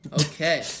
Okay